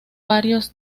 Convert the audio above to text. varios